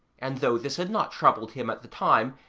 and though this had not troubled him at the time,